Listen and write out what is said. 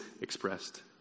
expressed